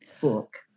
book